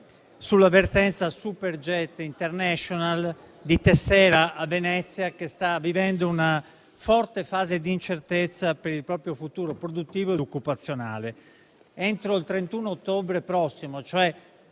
sulla vertenza Superjet International di Tessera a Venezia, che sta vivendo una forte fase di incertezza per il proprio futuro produttivo e occupazionale. Entro il 31 ottobre prossimo, cioè